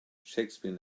shakespeare